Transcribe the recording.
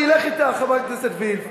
אני אלך אתך, חברת הכנסת וילף: